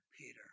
Peter